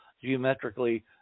geometrically